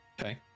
okay